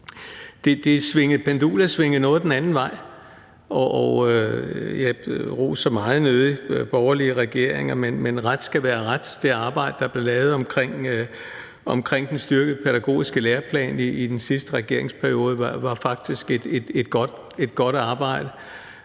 Pendulet svingede noget den anden vej, og jeg roser meget nødig borgerlige regeringer, men ret skal være ret: Det arbejde, der blev lavet omkring den styrkede pædagogiske læreplan i den sidste regeringsperiode, var faktisk et godt arbejde.